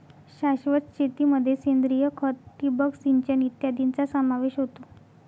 शाश्वत शेतीमध्ये सेंद्रिय खत, ठिबक सिंचन इत्यादींचा समावेश होतो